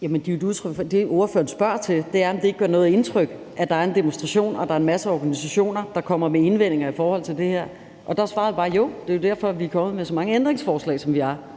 (Pernille Rosenkrantz-Theil): Det, ordføreren spørger til, er, om det ikke gør noget indtryk, at der er en demonstration, og at der er en masse organisationer, der kommer med indvendinger i forhold til det her, og der svarede jeg bare: Jo, det er jo derfor, vi er kommet med så mange ændringsforslag, som vi er.